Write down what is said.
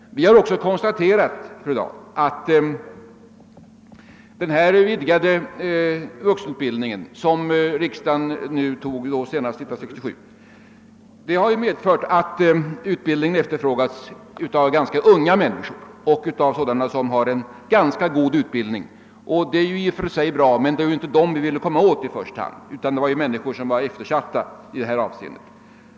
Vi har också konstaterat, fru Dahl, att den vidgade vuxenutbildning som riksdagen fattade beslut om senast 1967 har medfört att utbildning efterfrågas av ganska unga människor och av sådana som redan har en god utbildning. Det är i och för sig bra, men det var inte i första hand dem som vi ville komma åt utan vi ville nå människor som var eftersatta i detta avseende.